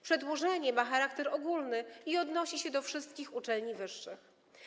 Przedłożenie ma charakter ogólny i odnosi się do wszystkich uczelni wyższych.